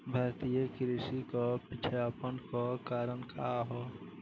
भारतीय कृषि क पिछड़ापन क कारण का ह?